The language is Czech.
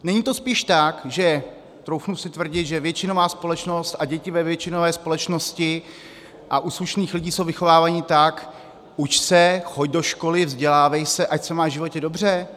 Není to spíš tak, že troufnu si tvrdit že většinová společnost a děti ve většinové společnosti a u slušných lidí jsou vychovávány tak, uč se, choď do školy, vzdělávej se, ať se máš v životě dobře?